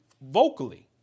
vocally